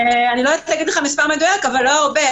אני לא יודעת להגיד לך מספר מדויק, אבל לא הרבה.